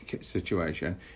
situation